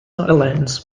highlands